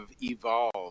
evolved